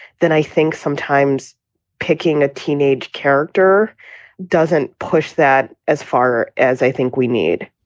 then i think sometimes picking a teenage character doesn't push that as far as i think we need